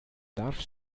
darf